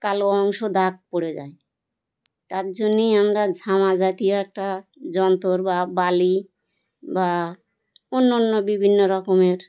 কালো অংশ দাগ পড়ে যায় তার জন্যই আমরা ঝামা জাতীয় একটা যন্ত্র বা বালি বা অন্য অন্য বিভিন্ন রকমের